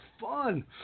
fun